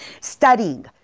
studying